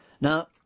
Now